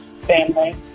family